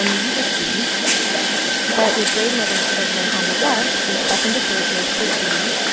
um you will see that your grade level equivalent on the left is second to third grade for b.